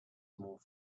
more